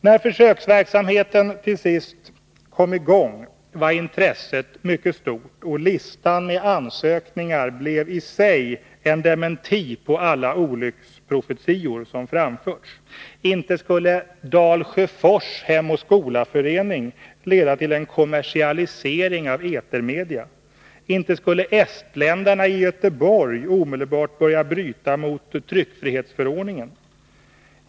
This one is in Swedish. När försöksverksamheten till sist kom i gång var intresset mycket stort, och listan med ansökningar blev i sig en dementi på alla olycksprofetior som gjorts. Inte skulle sändningar av Dalsjöfors Hem och Skola-förening leda till en kommersialisering av etermedia! Inte skulle estländarna i Göteborg omedelbart börja bryta mot tryckfrihetsförordningen!